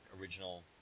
original